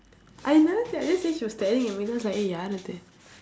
I never say I just say she was staring at me then I was like eh ya